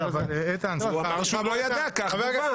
אבל איתן, הוא לא ידע, כך דווח.